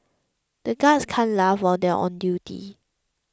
the guards can't laugh where they are on duty